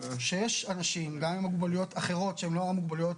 שיש אנשים גם עם מוגבלויות אחרות שהן לא מוגבלויות